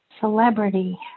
Celebrity